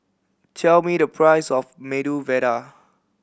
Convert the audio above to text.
tell me the price of Medu Vada